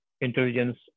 intelligence